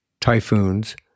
typhoons